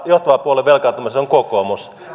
johtava puolue velkaantumisessa on kokoomus